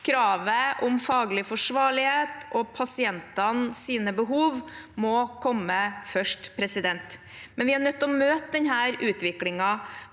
Kravet om faglig forsvarlighet og pasientenes behov må komme først. Men vi er nødt til å møte denne utviklingen